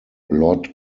lord